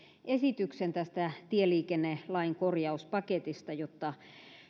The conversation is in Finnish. esityksen tästä tieliikennelain korjauspaketista jotta